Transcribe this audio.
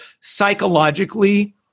psychologically